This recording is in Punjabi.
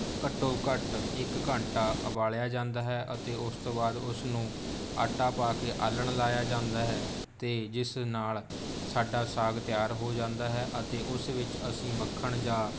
ਘੱਟੋ ਘੱਟ ਇੱਕ ਘੰਟਾ ਉਬਾਲਿਆ ਜਾਂਦਾ ਹੈ ਅਤੇ ਉਸ ਤੋਂ ਬਾਅਦ ਉਸ ਨੂੰ ਆਟਾ ਪਾ ਕੇ ਆਲਣ ਲਗਾਇਆ ਜਾਂਦਾ ਹੈ ਅਤੇ ਜਿਸ ਨਾਲ ਸਾਡਾ ਸਾਗ ਤਿਆਰ ਹੋ ਜਾਂਦਾ ਹੈ ਅਤੇ ਉਸ ਵਿੱਚ ਅਸੀਂ ਮੱਖਣ ਜਾਂ